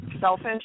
selfish